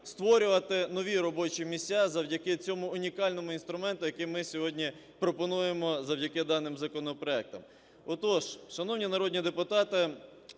створювати нові робочі місця завдяки цьому унікальному інструменту, який ми сьогодні пропонуємо завдяки даним законопроектам. Отож, шановні народні депутати,